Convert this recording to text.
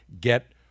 get